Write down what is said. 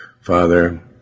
Father